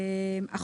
הצבעה לא אושר.